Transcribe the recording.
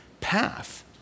path